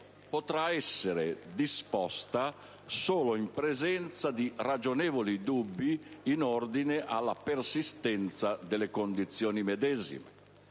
potrà essere disposta solo in presenza di ragionevoli dubbi in ordine alla persistenza delle condizioni medesime.